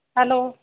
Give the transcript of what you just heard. hello